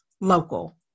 local